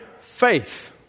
faith